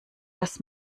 dass